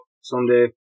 someday